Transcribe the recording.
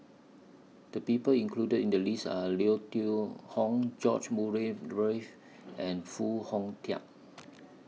The People included in The list Are Leo Tong George Murray Reith and Foo Hong Tatt